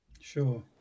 Sure